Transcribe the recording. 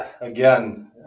again